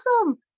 awesome